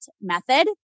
method